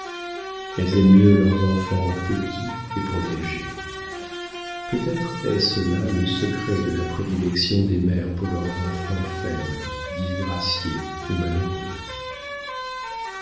elles aiment mieux leurs enfants petits et protégés peut-être est-ce là le secret de la prédilection des mères pour leurs enfants faibles disgraciés ou malheureux